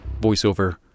voiceover